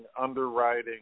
underwriting